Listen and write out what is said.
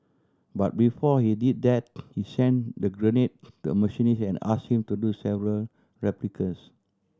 but before he did that he sent the grenade to a machinist and asked him to do several replicas